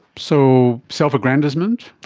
so, self-aggrandisement?